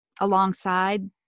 alongside